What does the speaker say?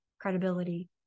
credibility